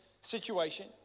situation